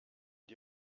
die